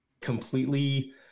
completely